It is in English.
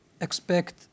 expect